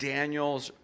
Daniel's